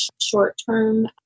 short-term